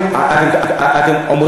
עזוב, אל תדבר עליה, בוא נדבר עליכם.